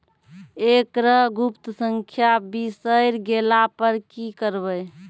एकरऽ गुप्त संख्या बिसैर गेला पर की करवै?